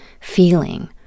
feeling